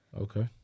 Okay